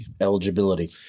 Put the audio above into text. Eligibility